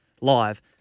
live